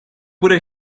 bude